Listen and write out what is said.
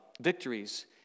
victories